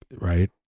right